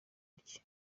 rye